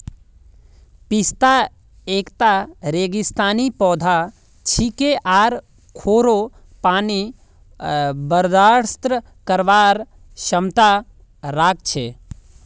पिस्ता एकता रेगिस्तानी पौधा छिके आर खोरो पानी बर्दाश्त करवार क्षमता राख छे